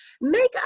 Make